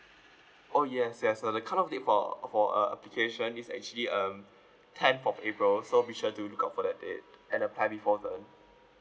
oh yes yes uh the cut off date for uh for uh application is actually um tenth of april so be sure to look out for that date and apply before then